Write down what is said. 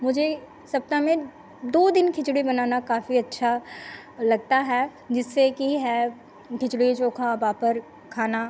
मुझे सप्ताह में दो दिन खिचड़ी बनाना काफी अच्छा लगता है जिससे कि है खिचड़ी चोखा पापड़ खाना